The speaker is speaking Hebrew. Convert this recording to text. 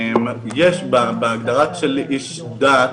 יש בהגדרה של איש דת,